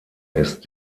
ist